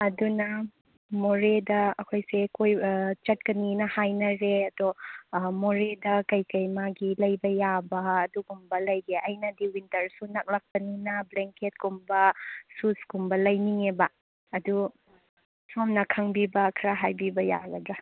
ꯑꯗꯨꯅ ꯃꯣꯔꯦꯗ ꯑꯩꯈꯣꯏꯁꯦ ꯑꯥ ꯆꯠꯀꯅꯤꯅ ꯍꯥꯏꯅꯔꯦ ꯑꯗꯣ ꯑꯥ ꯃꯣꯔꯦꯗ ꯀꯩꯀꯩ ꯃꯥꯒꯤ ꯂꯩꯕ ꯌꯥꯕ ꯑꯗꯨꯒꯨꯝꯕ ꯂꯩꯒꯦ ꯑꯩꯅꯗꯤ ꯋꯤꯟꯇꯔꯁꯨ ꯅꯛꯂꯥꯀꯄꯅꯤꯅ ꯕ꯭ꯂꯦꯡꯀꯦꯠ ꯀꯨꯝꯕ ꯁꯨꯁ ꯀꯨꯝꯕ ꯂꯩꯅꯤꯡꯉꯦꯕ ꯑꯗꯨ ꯁꯣꯝꯅ ꯈꯪꯕꯤꯕ ꯈꯔ ꯍꯥꯏꯕꯤꯕ ꯌꯥꯒꯗ꯭ꯔꯥ